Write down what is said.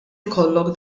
ikollok